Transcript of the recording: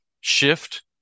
shift